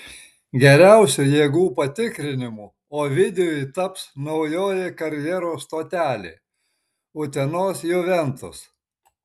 geriausiu jėgų patikrinimu ovidijui taps naujoji karjeros stotelė utenos juventus